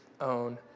own